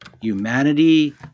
humanity